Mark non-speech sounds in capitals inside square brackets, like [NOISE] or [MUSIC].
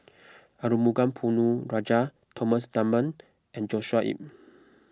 Arumugam Ponnu Rajah Thomas Dunman and Joshua [UNINTELLIGIBLE]